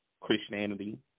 Christianity